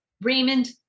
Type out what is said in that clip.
Raymond